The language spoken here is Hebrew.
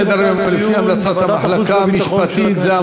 בסדר-היום, לפי המלצת המחלקה המשפטית זה